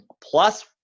Plus –